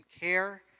care